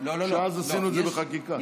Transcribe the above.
שאז עשינו את זה בחקיקה.